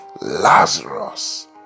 Lazarus